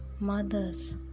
mothers